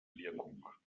wirkung